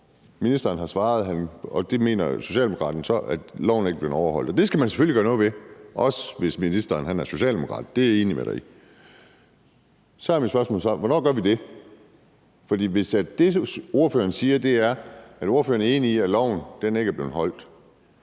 Ministeren har svaret, og Socialdemokraterne mener så, at loven ikke er blevet overholdt. Det skal man selvfølgelig gøre noget ved, også hvis ministeren er socialdemokrat. Det er jeg enig med dig i. Så er mit spørgsmål så, hvornår vi gør det, for hvis det, ordføreren siger, er, at ordføreren er enig i, at loven ikke er blevet overholdt,